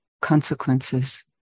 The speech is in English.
consequences